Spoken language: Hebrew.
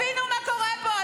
תבינו מה קורה פה.